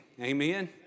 Amen